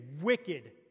wicked